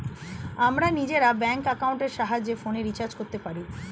আমরা নিজেরা ব্যাঙ্ক অ্যাকাউন্টের সাহায্যে ফোনের রিচার্জ করতে পারি